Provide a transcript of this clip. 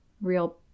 real